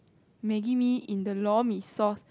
maggi mee in the lor-mee sauce